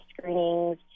screenings